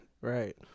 Right